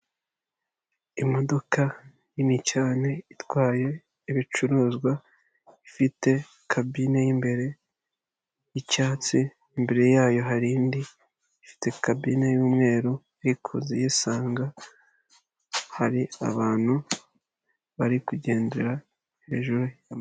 Imodoka nini cyane itwaye ibicuruzwa ifite kabine y'imbere y'icyatsi, imbere yayo hari indi ifite kabine y'umweru iri kuza iyisanga, hari abantu bari kugendera, hejuru y'ama..